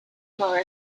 more